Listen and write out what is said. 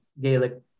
Gaelic